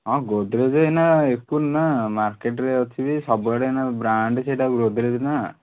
ହଁ ଗୋଦ୍ରେଜ୍ ଏଇନା ନା ମାର୍କେଟ୍ରେ ଅଛି ସବୁଆଡ଼େ ଏଇନା ବ୍ରାଣ୍ଡ୍ ସେଇଟା ଗୋଦ୍ରେଜ୍ନା